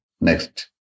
Next